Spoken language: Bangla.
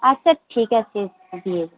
আচ্ছা ঠিক আছে